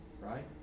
right